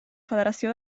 federació